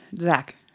Zach